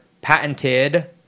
patented